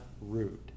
rude